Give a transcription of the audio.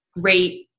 great